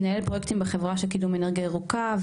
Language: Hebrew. מנהל פרויקטים בחברה של קידום אנרגיה ירוקה,